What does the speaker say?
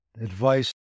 advice